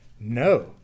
No